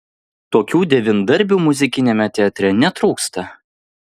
tokių devyndarbių muzikiniame teatre netrūksta